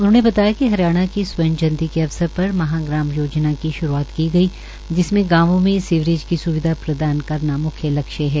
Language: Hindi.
उन्होंने बताया कि हरियाण के स्वर्ण जयंती के अवसर पर महाग्राम योजना के श्रूआत की गई जिसमें गांवों में सीवरेज की स्विधा प्रदान करना म्ख्य लक्ष्य है